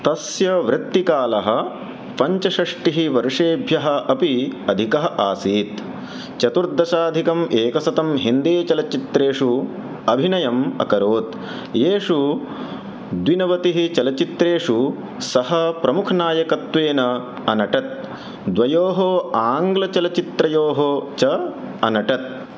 तस्य वृत्तिकालः पञ्चषष्टिवर्षेभ्यः अपि अधिकः आसीत् चतुर्दशाधिक एकशतहिन्दीचलच्चित्रेषु अभिनयम् अकरोत् येषु द्विनवतिचलच्चित्रेषु सः प्रमुखनायकत्वेन अनटत् द्वयोः आङ्ग्लचलच्चित्रयोः च अनटत्